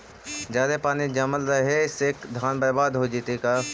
जादे पानी जमल रहे से धान बर्बाद हो जितै का?